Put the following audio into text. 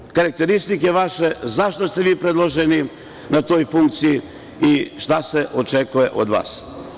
Šta su karakteristike vaše, zašto ste vi predloženi na tu funkciju i šta se očekuje od vas?